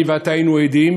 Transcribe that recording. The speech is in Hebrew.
אני ואתה היינו עדים,